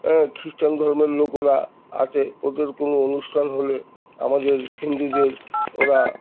হ্যাঁ খ্রিস্টান ধর্মের লোক ওরা আছে ওদের কোনো অনুষ্ঠান হলে আমাদের হিন্দুদের ওরা